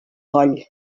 coll